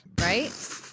right